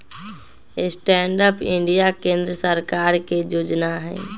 stand up India केंद्र सरकार के जोजना हइ